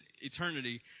eternity